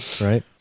Right